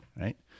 right